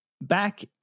back